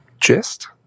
gist